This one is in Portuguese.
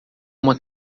uma